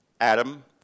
Adam